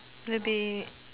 where they